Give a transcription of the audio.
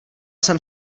jsem